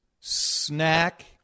snack